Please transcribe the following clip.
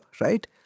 right